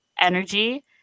energy